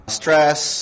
stress